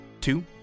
two